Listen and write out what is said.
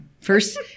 First